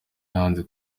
yanze